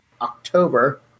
October